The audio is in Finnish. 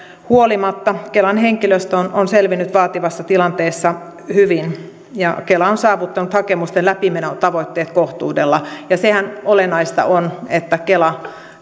kelan henkilöstö on on selvinnyt vaativassa tilanteessa hyvin ja kela on saavuttanut hakemusten läpimenotavoitteet kohtuudella sehän on olennaista että kela